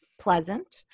pleasant